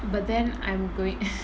but then I'm going